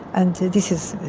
and this is,